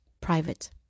private